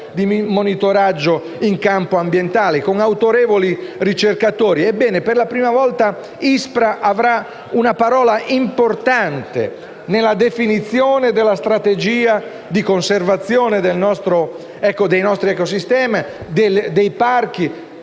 per la prima volta l’ISPRA avrà una parola importante nella definizione della strategia di conservazione dei nostri ecosistemi e dei parchi.